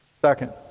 Second